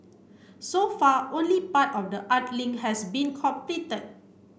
so far only part of the art link has been completed